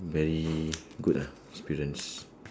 very good ah experience